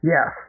Yes